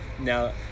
Now